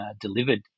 delivered